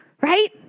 Right